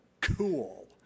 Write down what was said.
cool